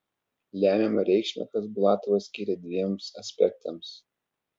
lemiamą reikšmę chasbulatovas skyrė dviems aspektams